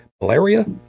malaria